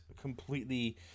completely